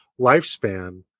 lifespan